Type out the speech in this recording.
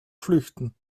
flüchten